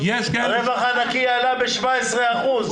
הרווח הנקי עלה ב-17%.